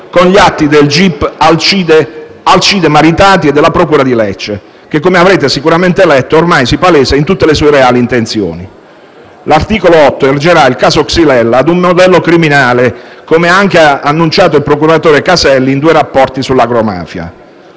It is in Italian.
con gli atti del gip Alcide Maritati e della procura di Lecce, che, come avrete sicuramente letto, ormai si palesa in tutte le sue reali intenzioni. L'articolo 8 ergerà il caso xylella ad un modello criminale, come ha anche annunciato il procuratore Caselli in due rapporti sull'agromafia.